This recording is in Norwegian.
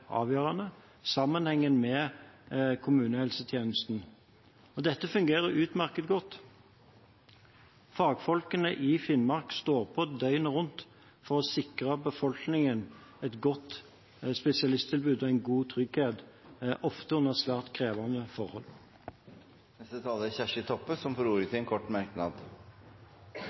avgjørende, sammenhengen med kommunehelsetjenesten. Dette fungerer utmerket godt. Fagfolkene i Finnmark står på døgnet rundt for å sikre befolkningen et godt spesialisttilbud og en god trygghet – ofte under svært krevende forhold. Representanten Kjersti Toppe har hatt ordet to ganger tidligere og får ordet til en kort merknad,